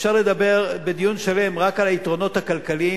אפשר לדבר בדיון שלם רק על היתרונות הכלכליים,